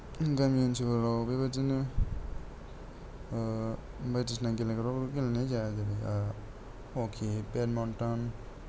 गमि ओनसोलफोराव बेबादिनो बायदिसिना गेलेनायखौ रावबो गेलेनाय जाया जेरै हकि बेडमिन्टन